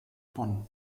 bonn